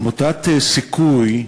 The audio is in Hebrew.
עמותת "סיכוי"